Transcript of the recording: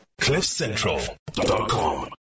CliffCentral.com